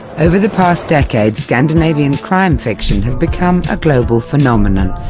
over the past decade, scandinavian crime fiction has become a global phenomenon,